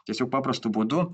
tiesiog paprastu būdu